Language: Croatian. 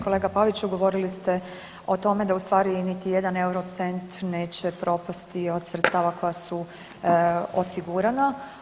Kolega Paviću, govorili ste o tome da u stvari da niti jedan eurocent neće propasti od sredstava koja su osigurana.